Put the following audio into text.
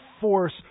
force